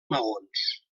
maons